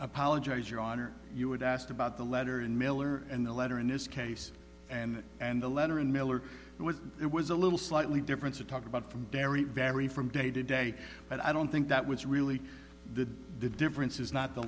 apologize your honor you would ask about the letter and mailer and the letter in this case and and the letter in miller it was it was a little slightly different to talk about from derry vary from day to day but i don't think that was really the the difference is not the